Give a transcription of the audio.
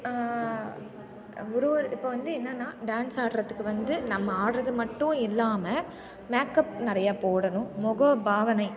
ஒரு ஒரு இப்போ வந்து என்னென்னா டான்ஸ் ஆடுறதுக்கு வந்து நம்ம ஆடுறது மட்டும் இல்லாமல் மேக்கப் நிறையா போடணும் முக பாவனை